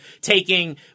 taking